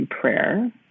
prayer